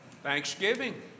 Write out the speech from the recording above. thanksgiving